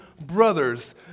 brothers